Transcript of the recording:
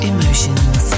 Emotions